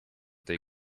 tej